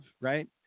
right